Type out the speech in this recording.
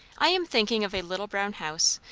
i am thinking of a little brown house,